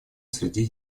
среди